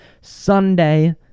sunday